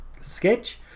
sketch